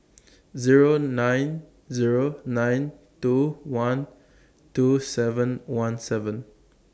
Zero nine Zero nine two one two seven one seven